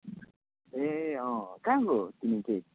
ए अँ कहाँको हो तिमी चाहिँ